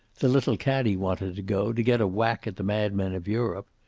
the little caddie wanted to go, to get a whack at the madmen of europe.